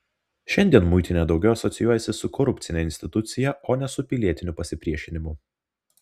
šiandien muitinė daugiau asocijuojasi su korupcine institucija o ne su pilietiniu pasipriešinimu